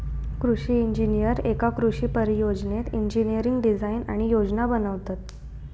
कृषि इंजिनीयर एका कृषि परियोजनेत इंजिनियरिंग डिझाईन आणि योजना बनवतत